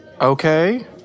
okay